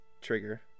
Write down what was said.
Trigger